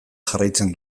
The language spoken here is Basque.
jarraitzen